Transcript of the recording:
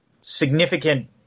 significant